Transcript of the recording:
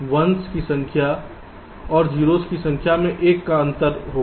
1s की संख्या में और0s की संख्या में 1 का अंतर होगा